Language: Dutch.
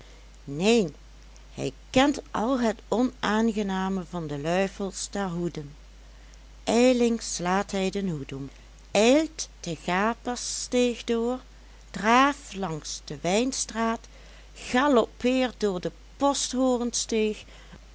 neen hij kent al het onaangename van de luifels der hoeden ijlings slaat hij den hoek om ijlt de gapersteeg door draaft langs de wijnstraat galoppeert door de posthoornsteeg